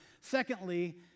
Secondly